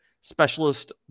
specialist